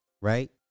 right